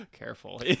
Careful